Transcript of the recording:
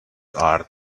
are